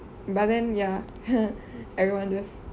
but then ya everyone just